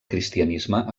cristianisme